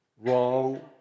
wrong